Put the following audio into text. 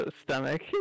stomach